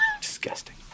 Disgusting